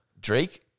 Drake